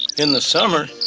in the summer,